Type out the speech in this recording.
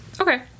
Okay